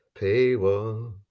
paywall